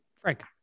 Frank